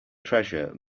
treasure